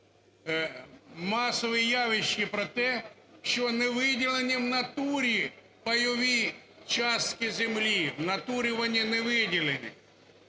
масове явище про те, що не виділені в натурі пайові частки землі, в натурі вони не виділені.